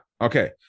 okay